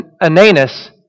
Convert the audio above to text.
Ananus